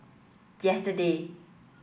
yesterday